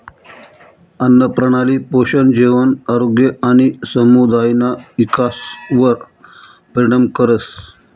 आन्नप्रणाली पोषण, जेवण, आरोग्य आणि समुदायना इकासवर परिणाम करस